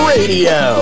Radio